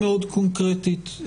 מאוד קונקרטית,